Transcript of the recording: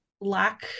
lack